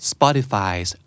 Spotify's